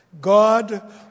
God